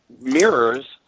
mirrors